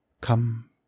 Come